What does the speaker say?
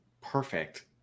perfect